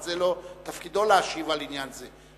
אבל זה לא תפקידו להשיב על עניין זה.